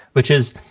which is